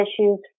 issues